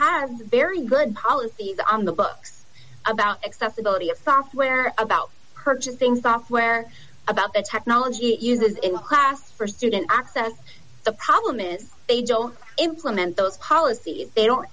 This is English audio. have very good policies on the books about accessibility of software about purchasing software about the technology it uses in class for student access the problem is they don't implement those policies they don't